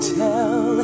tell